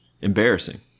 Embarrassing